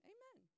Amen